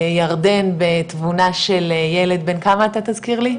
ירדן בתבונה של ילד בן כמה אתה תזכיר לי?